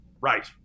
Right